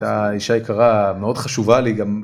היתה אישה יקרה מאוד חשובה לי גם.